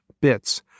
BITS